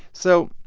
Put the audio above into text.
so,